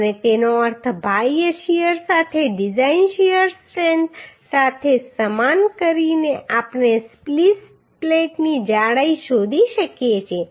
અને તેનો અર્થ બાહ્ય શીયર સાથે ડિઝાઇન શીયર સ્ટ્રેન્થ સાથે સમાન કરીને આપણે સ્પ્લીસ પ્લેટની જાડાઈ શોધી શકીએ છીએ